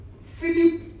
Philip